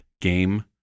game